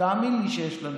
תאמין לי שיש לנו.